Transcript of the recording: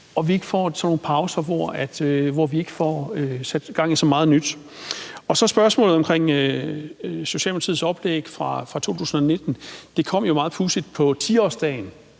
nogle pauser, hvor vi ikke får sat gang i så meget nyt. Så er der spørgsmålet omkring Socialdemokratiets oplæg fra 2019. Det kom jo meget pudsigt på 10-årsdagen